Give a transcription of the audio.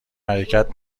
حرکت